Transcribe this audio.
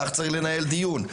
כך צריך לנהל דיון.